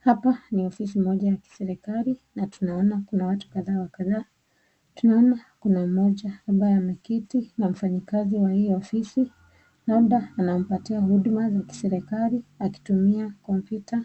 Hapa ni ofisi moja ya kiserekali na tunaona kuna watu wa kadhaa wa kadhaa. Tunaona kuna moja ambaye ameketi na mfanyikazi wa hiyo ofisi, number anampatia huduma wa serekali akitumia computer